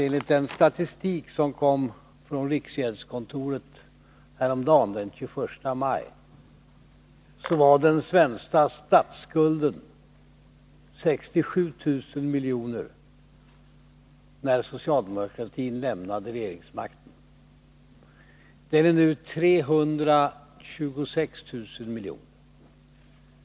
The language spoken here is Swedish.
Enligt den statistik som kom från riksgäldskontoret häromdagen, den 21 maj, den svenska statsskulden 67 000 miljoner när socialdemokratin lämnade regeringsmakten. Den är nu 326 000 miljoner.